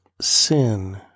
sin